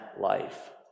life